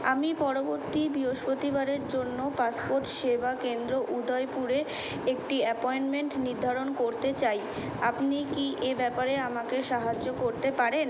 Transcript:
আমি পরবর্তী বৃহস্পতিবারের জন্য পাসপোর্ট সেবা কেন্দ্র উদয়পুরে একটি অ্যাপয়েন্টমেন্ট নির্ধারণ করতে চাই আপনি কি এ ব্যাপারে আমাকে সাহায্য করতে পারেন